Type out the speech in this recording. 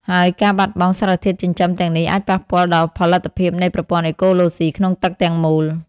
ហើយការបាត់បង់សារធាតុចិញ្ចឹមទាំងនេះអាចប៉ះពាល់ដល់ផលិតភាពនៃប្រព័ន្ធអេកូឡូស៊ីក្នុងទឹកទាំងមូល។